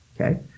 okay